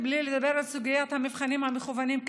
בלי לדבר על סוגיית המבחנים המקוונים.